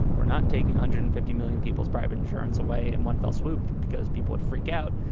we're not taking a hundred and fifty million people's private insurance away in one fell swoop because people would freak out.